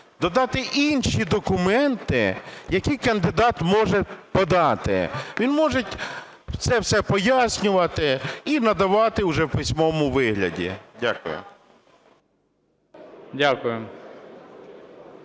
додати інші документи, які кандидат може подати. Він може це все пояснювати і надавати вже в письмовому вигляді. Дякую.